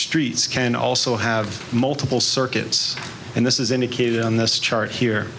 streets can also have multiple circuits and this is indicated in this chart here